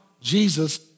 Jesus